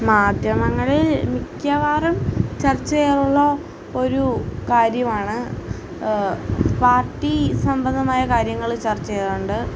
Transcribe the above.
മാധ്യമങ്ങളിൽ മിക്കവാറും ചർച്ച ചെയ്യാറുള്ള ഒരു കാര്യമാണ് പാർട്ടി സംബന്ധമായ കാര്യങ്ങള് ചർച്ച ചെയ്യാറുണ്ട്